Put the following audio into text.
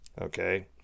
okay